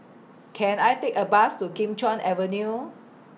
Can I Take A Bus to Kim Chuan Avenue